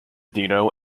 dino